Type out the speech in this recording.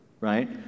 right